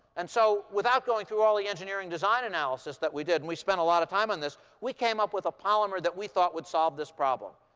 and so, without going through all the engineering design analysis that we did and we spent a lot of time on this we came up with a polymer that we thought would solve this problem.